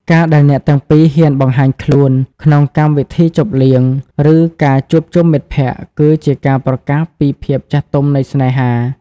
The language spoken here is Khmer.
ការដែលអ្នកទាំងពីរហ៊ានបង្ហាញខ្លួនក្នុងកម្មវិធីជប់លៀង ឬការជួបជុំមិត្តភក្ដិ គឺជាការប្រកាសពីភាពចាស់ទុំនៃស្នេហា។